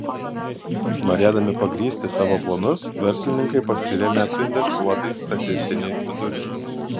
norėdami pagrįsti savo planus verslininkai pasirėmė suindeksuotais statistiniais vidurkiais